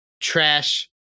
trash